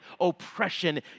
oppression